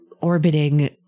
orbiting